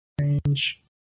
range